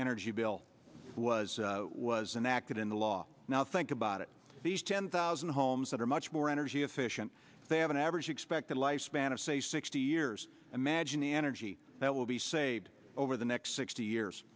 energy bill was was enacted into law now think about it these ten thousand homes that are much more energy efficient they have an average expected lifespan of say sixty years imagine the energy that will be saved over the next sixty years